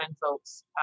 folks